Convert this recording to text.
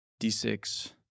D6